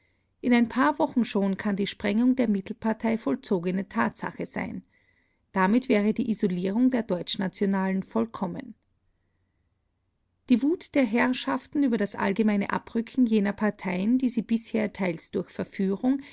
in ein paar wochen schon kann die sprengung der mittelpartei vollzogene tatsache sein damit wäre die isolierung der deutschnationalen vollkommen die wut der herrschaften über das allgemeine abrücken jener parteien die sie bisher teils durch verführung